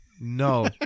No